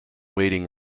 waiting